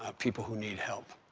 ah people who need help.